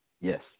Yes